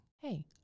Hey